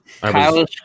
Kyle